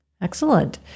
Excellent